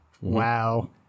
Wow